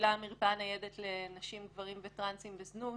שמפעילה מרפאה ניידת לנשים, גברים וטרנסים בזנות